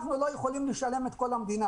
אנחנו לא יכולים לשלם את כל המדינה.